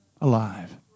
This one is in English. alive